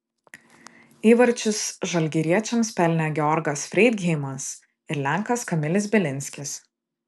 įvarčius žalgiriečiams pelnė georgas freidgeimas ir lenkas kamilis bilinskis